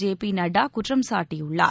J P Nadda குற்றம் சாட்டியுள்ளார்